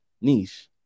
niche